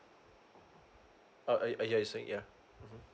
uh yeah it's a yeah mm